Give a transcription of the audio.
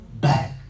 back